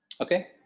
Okay